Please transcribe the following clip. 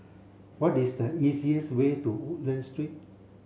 what is the easiest way to Woodlands Street